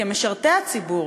כמשרתי הציבור,